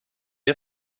det